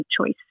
choice